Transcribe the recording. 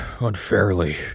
unfairly